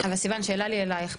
אבל סיון, שאלה לי אלייך.